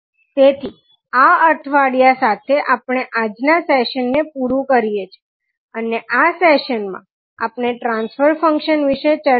તેથી આ અઠવાડિયા સાથે આપણે આજના સેશનને પુરુ કરીએ છીએ અને આ સેશન માં આપણે ટ્રાન્સફર ફંક્શન વિશે ચર્ચા કરી